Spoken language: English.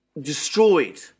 destroyed